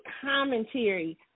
commentary